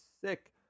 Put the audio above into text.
sick